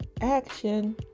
action